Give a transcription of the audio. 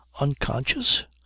unconscious